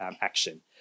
action